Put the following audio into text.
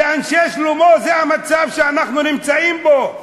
לאנשי שלומו, זה המצב שאנחנו נמצאים בו.